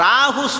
Rahu